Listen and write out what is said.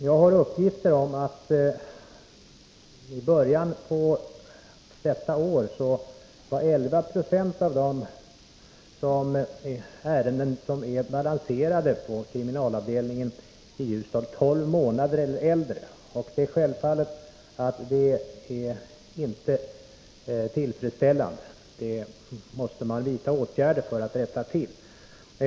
Jag har uppgifter om att 11 26 av de ärenden som var balanserade på kriminalavdelningen i Ljusdali början av detta år var 12 månader gamla eller äldre. Det är självfallet inte tillfredsställande. Man måste vidta åtgärder för att rätta till detta.